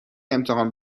امتحان